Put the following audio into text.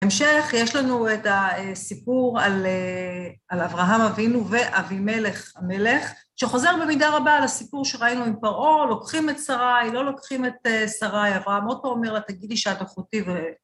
בהמשך, יש לנו את הסיפור על אברהם אבינו ואבי מלך, המלך, שחוזר במידה רבה על הסיפור שראינו עם פרעה, לוקחים את שריי, לא לוקחים את שריי, אברהם עוד פעם אומר לה, תגידי שאתה אחותי...